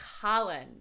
Colin